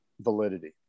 validity